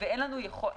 מאוחר מדי.